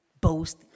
boast